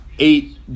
Eight